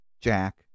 Jack